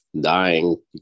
dying